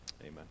Amen